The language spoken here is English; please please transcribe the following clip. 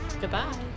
Goodbye